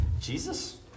Jesus